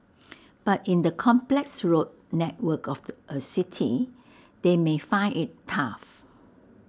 but in the complex road network of the A city they may find IT tough